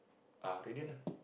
ah Radiant ah